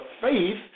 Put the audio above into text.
faith